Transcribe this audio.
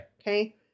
Okay